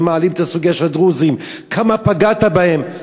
הם מעלים את הסוגיה של הדרוזים: כמה פגענו בהם.